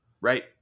right